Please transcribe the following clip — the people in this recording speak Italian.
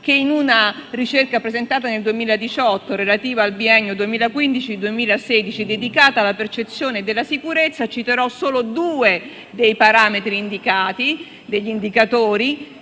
in una ricerca presentata nel 2018, relativa al biennio 2015-2016, dedicata alla percezione della sicurezza. Citerò solo due degli indicatori,